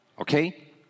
okay